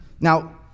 Now